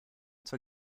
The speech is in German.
zur